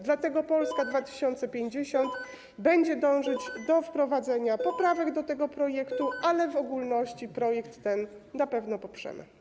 Dlatego Polska 2050 będzie dążyć do wprowadzenia poprawek do tego projektu, ale w ogólności projekt ten na pewno poprzemy.